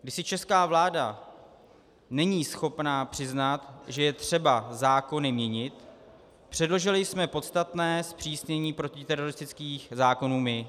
Když si česká vláda není schopna přiznat, že je třeba zákony měnit, předložili jsme podstatné zpřísnění protiteroristických zákonů my.